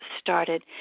started